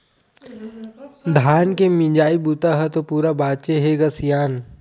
धान के मिजई बूता ह तो पूरा बाचे हे ग सियान